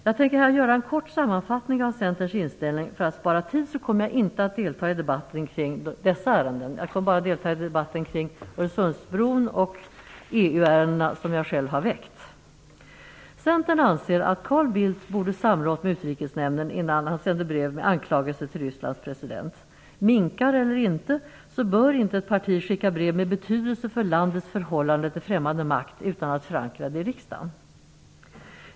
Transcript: Jag tänker här göra en kort sammanfattning av Centerns inställning. För att spara tid kommer jag inte att delta i debatten kring dessa ärenden. Jag kommer bara att delta i debatten om Öresundsbron och de EU-ärenden som jag själv har tagit upp. Centern anser att Carl Bildt borde ha samrått med Utrikesnämnden innan han sände brev med anklagelser till Rysslands president. Vare sig det handlar om minkar eller inte så bör inte ett parti skicka brev med betydelse för landets förhållande till främmande makt utan att förankra det i riksdagen.